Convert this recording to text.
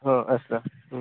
ହଁ ଏକ୍ସଟ୍ରା